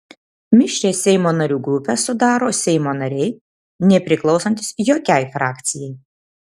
mišrią seimo narių grupę sudaro seimo nariai nepriklausantys jokiai frakcijai